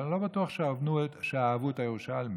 אבל לא בטוח שאהבו את הירושלמים,